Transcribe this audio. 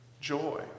joy